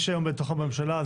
יש היום בתוך הממשלה,